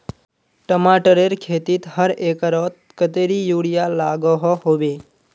टमाटरेर खेतीत हर एकड़ोत कतेरी यूरिया लागोहो होबे?